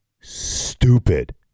stupid